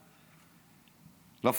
נסיגה.